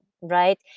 right